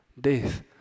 death